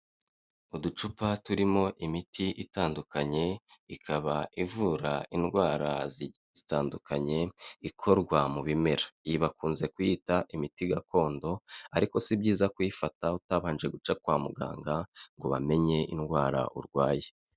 Uducupa turimo imiti itandukanye ikaba ivura indwara zigiye zitandukanye ikorwa mu bimera bakunze kuyita imiti gakondo ariko si byiza kuyifata utabanje guca kwa muganga ngo bamenye indwara urwaye.